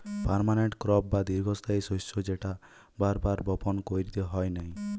permanent crop বা দীর্ঘস্থায়ী শস্য যেটা বার বার বপণ কইরতে হয় নাই